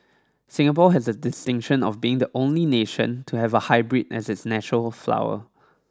Singapore has the distinction of being the only nation to have a hybrid as its national flower